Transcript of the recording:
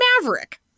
Maverick